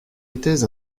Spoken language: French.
étais